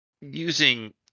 using